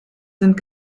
sind